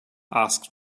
asked